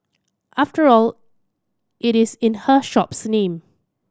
after all it is in her shop's name